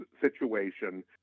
situation